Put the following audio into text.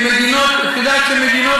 כבוד סגן השר, אתה יודע, את יודעת שמדינות,